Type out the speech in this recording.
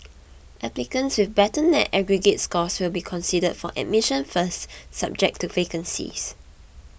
applicants with better net aggregate scores will be considered for admission first subject to vacancies